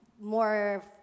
more